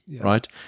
right